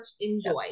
enjoy